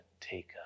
take